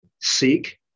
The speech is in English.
seek